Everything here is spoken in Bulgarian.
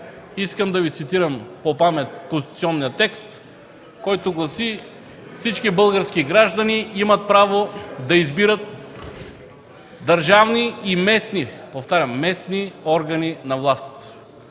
Искам да Ви цитирам по памет конституционния текст, който гласи: „Всички български граждани имат право да избират държавни и местни органи на власт”.